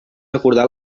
acordar